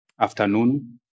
afternoon